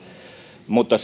mutta